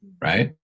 right